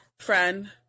Friend